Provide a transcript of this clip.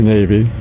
Navy